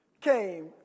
came